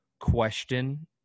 question